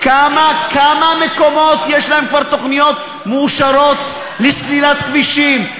לכמה מקומות יש כבר תוכניות מאושרות לסלילת כבישים,